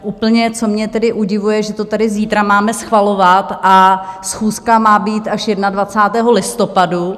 Úplně co mě tedy udivuje, že to tady zítra máme schvalovat, a schůzka má být až 21. listopadu.